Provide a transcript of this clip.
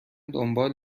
دنبال